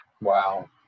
Wow